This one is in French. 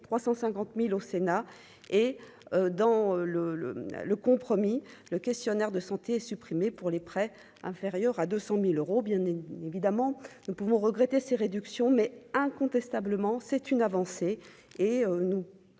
350000 au Sénat et dans le le le compromis le questionnaire de santé supprimer pour les prêts inférieurs à 200000 euros, bien évidemment, nous pouvons regretter ces réductions mais, incontestablement, c'est une avancée et nous